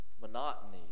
monotony